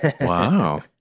Wow